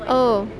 oh